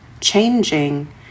changing